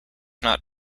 not